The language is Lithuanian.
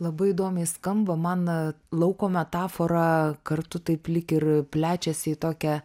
labai įdomiai skamba man lauko metafora kartu taip lyg ir plečiasi į tokią